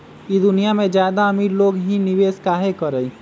ई दुनिया में ज्यादा अमीर लोग ही निवेस काहे करई?